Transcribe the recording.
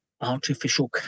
artificial